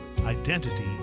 Identity